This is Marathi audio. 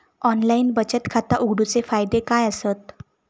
ऑनलाइन बचत खाता उघडूचे फायदे काय आसत?